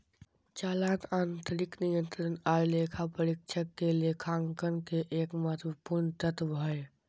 चालान आंतरिक नियंत्रण आर लेखा परीक्षक के लेखांकन के एक महत्वपूर्ण तत्व हय